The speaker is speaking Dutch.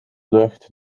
lucht